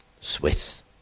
Swiss